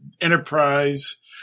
Enterprise